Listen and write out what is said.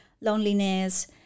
loneliness